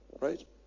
right